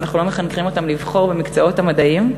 ואנחנו לא מחנכים אותם לבחור במקצועות המדעיים.